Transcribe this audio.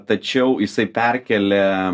tačiau jisai perkėlė